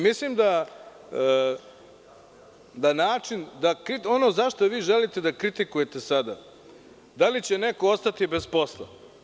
Mislim da ono što vi želite da kritikujete sada, da li će neko ostati bez posla.